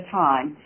time